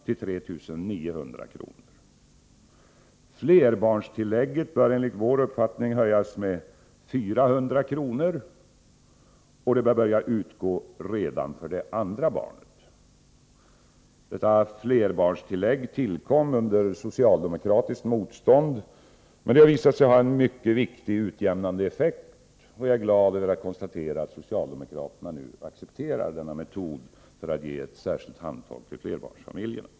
till 3900 kr. Flerbarnstillägget bör enligt vår uppfattning höjas med 400 kr. och börja utgå redan för det andra barnet. Flerbarnstillägget tillkom under socialdemokratiskt motstånd men har visat sig ha en mycket viktig utjämnande effekt. Jag är glad att kunna konstatera att socialdemokraterna nu accepterar denna metod för att ge ett särskilt handtag åt flerbarnsfamiljerna.